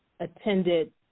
Attended